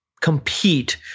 compete